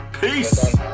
Peace